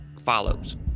follows